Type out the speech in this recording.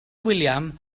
william